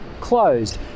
closed